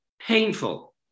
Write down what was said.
painful